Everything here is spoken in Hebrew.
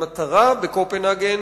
המטרה בקופנהגן